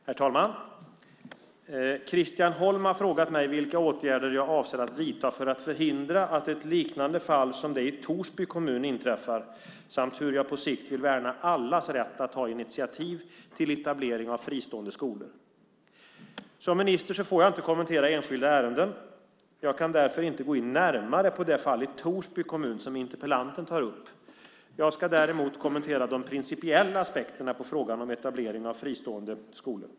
Herr talman! Christian Holm har frågat mig vilka åtgärder jag avser att vidta för att förhindra att ett liknande fall som det i Torsby kommun inträffar samt hur jag på sikt vill värna allas rätt att ta initiativ till etablering av fristående skolor. Som minister får jag inte kommentera enskilda ärenden. Jag kan därför inte gå in närmare på det fall i Torsby kommun som interpellanten tar upp. Jag ska däremot kommentera de principiella aspekterna på frågan om etablering av fristående skolor.